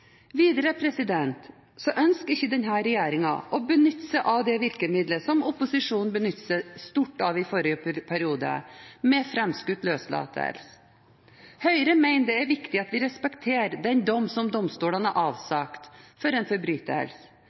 Videre ønsker ikke denne regjeringen å benytte seg av det virkemiddelet som opposisjonen benyttet seg stort av i forrige periode, med fremskutt løslatelse. Høyre mener det er viktig at vi respekterer den dommen som domstolene har avsagt for en forbrytelse.